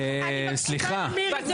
גם סיימת בדיוק באותן מילים.